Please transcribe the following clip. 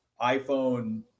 iPhone